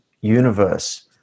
universe